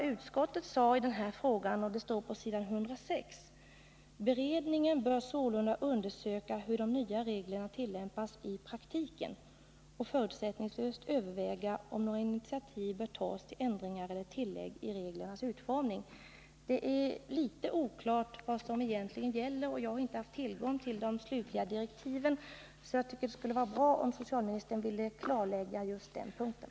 På s. 106 i utskottsbetänkandet står det: ”Beredningen bör sålunda undersöka hur de nya reglerna tillämpas i praktiken och förutsättningslöst överväga om några initiativ bör tas till ändringar eller tillägg i reglernas utformning.” Det är litet oklart vad som egentligen gäller, och jag har inte haft tillgång till de slutliga direktiven. Jag tycker därför att det skulle vara bra om socialministern ville klargöra just den här punkten.